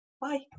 Bye